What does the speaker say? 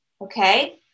okay